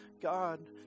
God